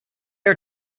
are